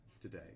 today